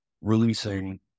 releasing